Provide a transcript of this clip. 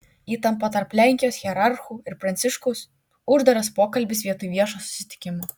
įtampa tarp lenkijos hierarchų ir pranciškaus uždaras pokalbis vietoj viešo susitikimo